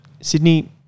Sydney